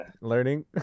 learning